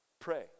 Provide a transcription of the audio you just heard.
Pray